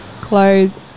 Close